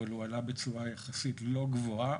אבל הוא עלה בצורה יחסית לא גבוהה.